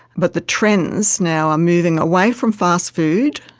but the trends now are moving away from fast food,